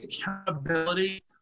accountability